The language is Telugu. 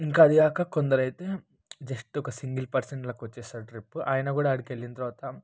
ఇంకా అది కాక కొందరైతే జస్ట్ ఒక సింగిల్ పర్సన్ లెక్క వచ్చేసాడు ట్రిప్ ఆయన కూడా ఆడికి వెళ్ళిన తర్వాత